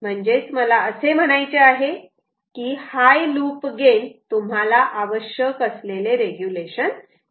म्हणजेच मला असे म्हणायचे आहे की हाय लूप गेन तुम्हाला आवश्यक असलेले रेग्युलेशन देते